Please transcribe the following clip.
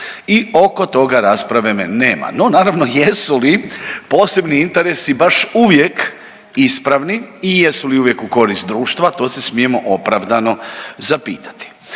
i oko toga rasprave nema. No naravno jesu li posebni interesi baš uvijek ispravni i jesu li uvijek u korist društva to se smijemo opravdano zapitati.